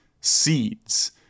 seeds